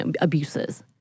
abuses